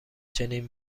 چنین